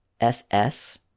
SS